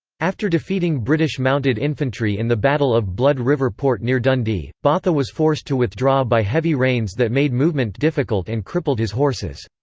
after defeating british mounted infantry in the battle of blood river poort near dundee, botha was forced to withdraw by heavy rains that made movement difficult and crippled his horses.